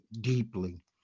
deeply